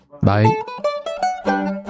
Bye